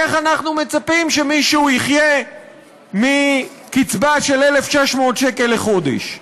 איך אנחנו מצפים שמישהו יחיה מקצבה של 1,600 שקל לחודש?